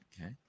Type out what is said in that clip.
Okay